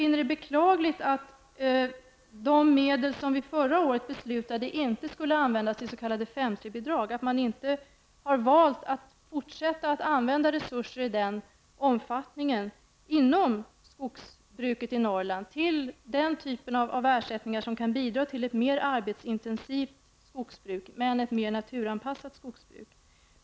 När det gäller de medel som vi förra året beslutade inte skulle användas till s.k. 5:3-bidrag, finner jag det beklagligt att man inte har valt att fortsätta att använda resurser i den omfattningen inom skogsbruket i Norrland till den typ av ersättningar som kan bidra till ett mer arbetsintensivt men ett mer naturanpassat skogsbruk.